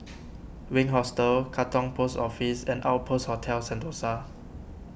Wink Hostel Katong Post Office and Outpost Hotel Sentosa